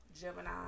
Gemini